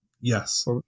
Yes